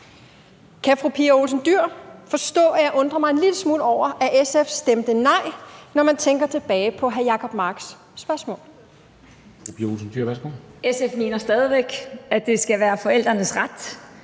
Kan fru Pia Olsen Dyhr forstå, at jeg undrer mig en lille smule over, at SF stemte nej, når man tænker tilbage på hr. Jacob Marks spørgsmål? Kl. 14:42 Formanden (Henrik Dam Kristensen):